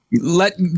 Let